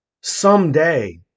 someday